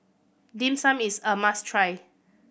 Dim Sum is a must try